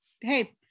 hey